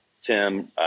Tim